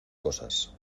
cosas